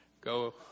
Go